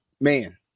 Man